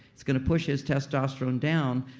it's gonna push his testosterone down.